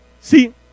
See